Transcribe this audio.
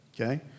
Okay